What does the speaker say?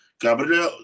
Gabriel